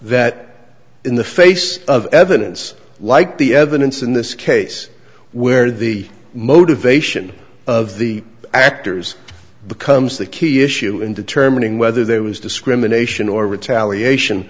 that in the face of evidence like the evidence in this case where the motivation of the actors becomes the key issue in determining whether there was discrimination or retaliation